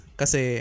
kasi